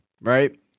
right